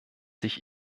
sich